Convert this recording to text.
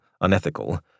unethical